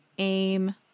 aim